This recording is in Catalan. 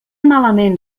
malament